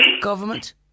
government